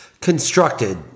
constructed